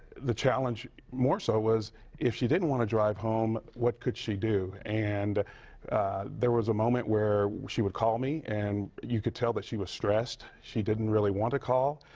the challenge more so was if she didn't want to drive home, what could she do? and there was a moment where she would call me, and you could tell that she was stressed, she didn't really want to call,